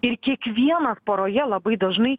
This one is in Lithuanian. ir kiekvienas poroje labai dažnai